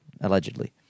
Allegedly